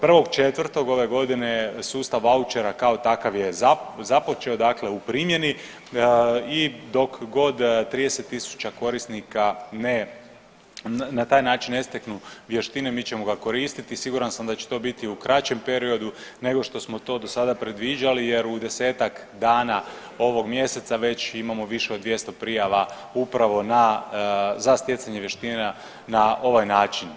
1.4. ove godine je sustav vaučera kao takav je započeo dakle u primjeni i dok god 30.000 korisnika ne, na taj način ne steknu vještine mi ćemo ga koristiti, siguran sam da će to biti u kraćem periodu nego što smo to do sada predviđali jer u 10-tak dana ovog mjeseca već imamo više od 200 prijava upravo na, za stjecanje vještina na ovaj način.